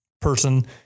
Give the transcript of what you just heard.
person